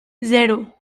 zero